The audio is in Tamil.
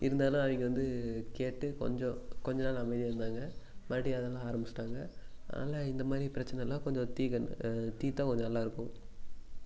இருந்தாலும் அவங்க வந்து கேட்டு கொஞ்சம் கொஞ்சம் நாள் அமைதியாக இருந்தாங்க மறுபடியும் அதெல்லாம் ஆரம்பிச்சிட்டாங்க அதனால இந்த மாதிரி பிரச்சனை எல்லாம் கொஞ்சம் தீர்க்கணும் தீர்த்தா கொஞ்சம் நல்லா இருக்கும்